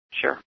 Sure